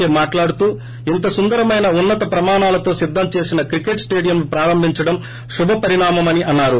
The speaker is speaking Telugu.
కె మాట్లాడుతూ ఇంత సుందరమైన ఉన్నత ప్రమాణాలతో సిద్దం చేసిన క్రికెట్ స్లేడియంను ప్రారంభించడం శుభ పరిణామమని అన్నారు